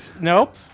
Nope